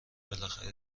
بالاخره